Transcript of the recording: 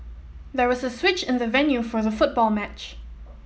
there was a switch in the venue for the football match